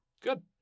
Good